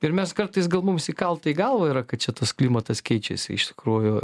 ir mes kartais gal mums įkalta į galvą yra kad čia tas klimatas keičiasi iš tikrųjų